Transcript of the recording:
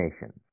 nations